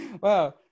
Wow